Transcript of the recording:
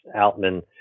Altman